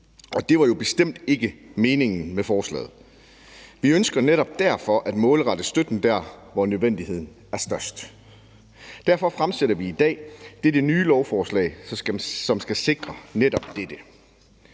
og det var jo bestemt ikke meningen med forslaget. Vi ønsker netop derfor at målrette støtten der, hvor nødvendigheden er størst. Derfor fremsætter vi i dag dette nye lovforslag, som skal sikre netop dette.